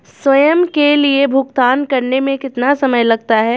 स्वयं के लिए भुगतान करने में कितना समय लगता है?